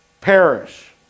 perish